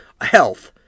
health